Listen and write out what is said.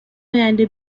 آینده